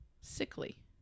sickly